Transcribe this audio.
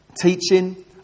teaching